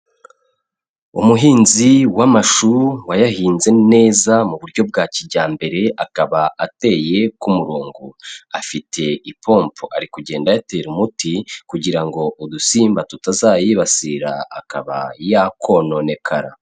Umuhinzi w'amashu wayahinze neza mu buryo bwa kijyambere akaba ateye ku murongo, afite ipompo ari kugenda ayatera umuti kugira ngo udusimba tutazayibasira akaba yakononekara.